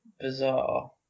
bizarre